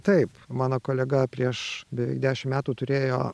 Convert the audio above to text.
taip mano kolega prieš beveik dešimt metų turėjo